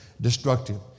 destructive